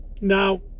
Now